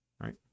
right